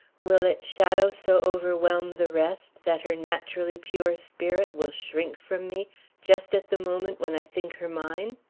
will its shadow so overwhelm the rest that her naturally pure spirit will shrink from me just at the moment when i think her mine?